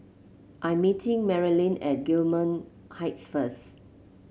I am meeting Marilyn at Gillman Heights first